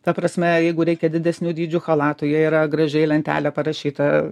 ta prasme jeigu reikia didesnių dydžių chalatų jie yra gražiai lentelė parašyta